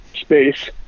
space